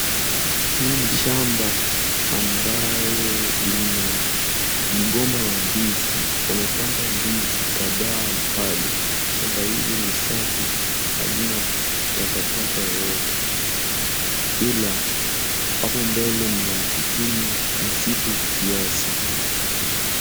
Hili ni shamba ambayo lina mgomba wa ndizi wamepanda ndizi kadhaa pale, shamba hili ni safi halina takataka yoyote, ila hapo mbele mna msitu kiasi.